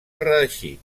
reeixit